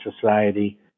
society